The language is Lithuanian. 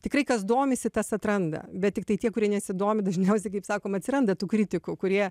tikrai kas domisi tas atranda bet tiktai tie kurie nesidomi dažniausiai kaip sakoma atsiranda tų kritikų kurie